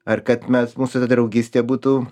ar kad mes mūsų ta draugystė būtų